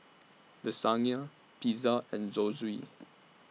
Lasagna Pizza and Zosui